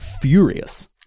furious